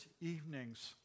evening's